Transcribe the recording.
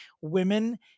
women